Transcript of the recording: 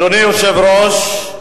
אדוני היושב-ראש,